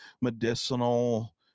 medicinal